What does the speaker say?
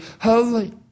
holy